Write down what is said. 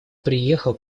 приехал